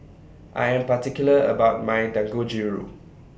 I Am particular about My Dangojiru